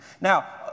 Now